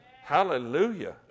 Hallelujah